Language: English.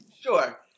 Sure